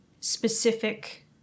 specific